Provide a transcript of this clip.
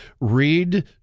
Read